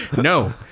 no